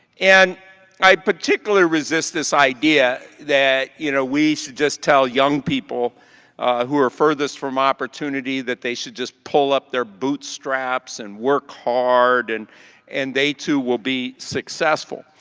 and i particularly resist this idea that, you know, we should just tell young people who are furthest from opportunity that they should just pull up their boot straps and work hard and and they too will be successful.